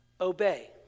obey